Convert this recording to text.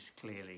clearly